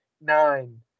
nine